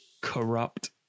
corrupt